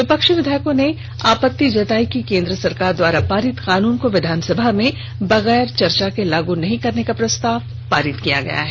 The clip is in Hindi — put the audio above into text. विपक्षी विधायकों ने आपत्ति जताते हुए कहा कि केंद्र सरकार द्वारा पारित कानून को विधानसभा में बगैर चर्चा के लागू नहीं करने का प्रस्ताव पारित किया गया है